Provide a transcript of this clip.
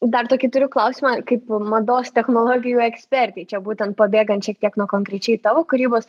dar tokį turiu klausimą kaip mados technologijų ekspertei čia būtent pabėgant šiek tiek nuo konkrečiai tavo kūrybos